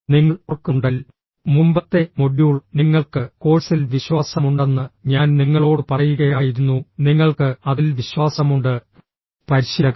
നിങ്ങൾ ഓർക്കുന്നുണ്ടെങ്കിൽ മുമ്പത്തെ മൊഡ്യൂൾ നിങ്ങൾക്ക് കോഴ്സിൽ വിശ്വാസമുണ്ടെന്ന് ഞാൻ നിങ്ങളോട് പറയുകയായിരുന്നു നിങ്ങൾക്ക് അതിൽ വിശ്വാസമുണ്ട് പരിശീലകൻ